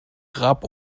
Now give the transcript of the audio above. grab